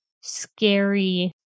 scary